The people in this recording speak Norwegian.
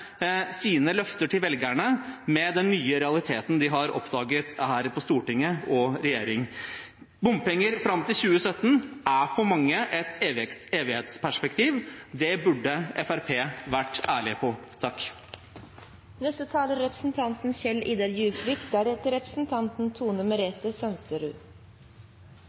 sine løfter til velgerne med den nye realiteten de har oppdaget her på Stortinget og i regjering. Bompenger fram til 2017 er for mange et evighetsperspektiv. Det burde Fremskrittspartiet vært ærlige på. For å slå det fast med en gang: Arbeiderpartiet er